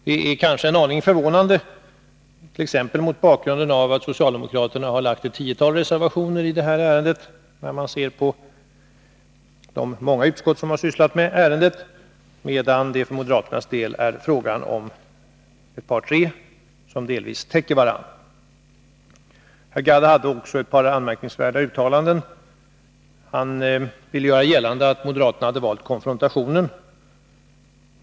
Det är kanske en aning förvånande, t.ex. mot bakgrund av att socialdemokraterna har lagt fram ett tiotal reservationer i ärendet, som så många utskott har arbetat med, medan det för moderaternas del rör sig om ett par tre som delvis täcker varandra. Herr Gadd gjorde också ett par anmärkningsvärda uttalanden. Han ville göra gällande att moderaterna hade valt konfrontationen.